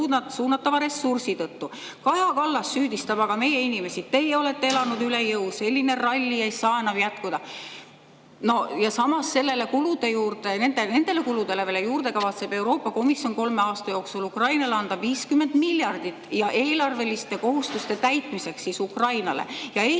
suunatava ressursi tõttu. Kaja Kallas süüdistab aga meie inimesi: te olete elanud üle jõu, selline ralli ei saa enam jätkuda. Ja samas, nendele kuludele veel juurde kavatseb Euroopa Komisjon kolme aasta jooksul Ukrainale anda 50 miljardit eelarveliste kohustuste täitmiseks. Ja Eesti peab selles